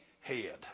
head